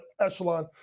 echelon